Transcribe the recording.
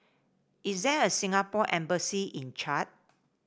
is there a Singapore Embassy in Chad